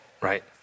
Right